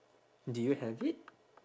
do you have it